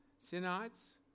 Sinites